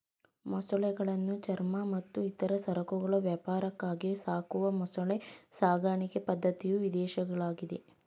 ಮೊಸಳೆಗಳನ್ನು ಚರ್ಮ ಮತ್ತು ಇತರ ಸರಕುಗಳ ವ್ಯಾಪಾರಕ್ಕಾಗಿ ಸಾಕುವ ಮೊಸಳೆ ಸಾಕಣೆ ಪದ್ಧತಿಯು ವಿದೇಶಗಳಲ್ಲಿದೆ